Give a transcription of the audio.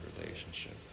relationship